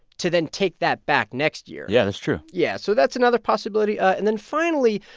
to then take that back next year yeah. that's true yeah. so that's another possibility. ah and then finally,